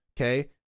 Okay